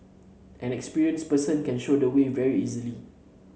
an experienced person can show the way very easily